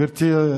גברתי?